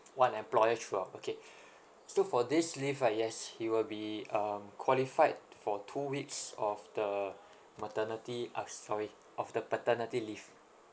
one employer throughout okay so for this leave right yes he will be um qualified for two weeks of the maternity uh sorry of the paternity leave